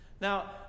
Now